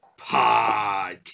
Podcast